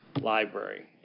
library